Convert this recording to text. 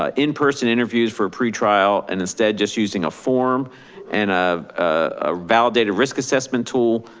ah in person interviews for pretrial and instead just using a form and um a validated risk assessment tool,